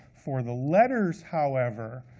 for the letters, however,